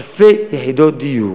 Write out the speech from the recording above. אלפי יחידות דיור